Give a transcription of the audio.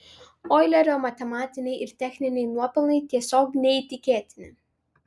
oilerio matematiniai ir techniniai nuopelnai tiesiog neįtikėtini